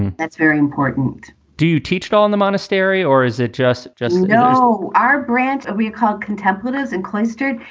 that's very important. do you teach at all in the monastery or is it just just, you know, our branch, we are called contemplative and cloistered.